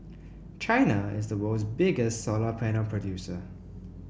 China is the world's biggest solar panel producer